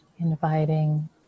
Inviting